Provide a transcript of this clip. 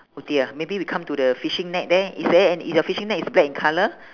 oh dear maybe we come to the fishing net there is there an~ is your fishing net is black in colour